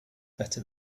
better